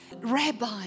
Rabbi